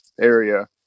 area